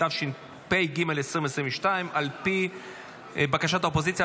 התשפ"ג 2022. על פי בקשת האופוזיציה,